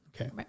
Okay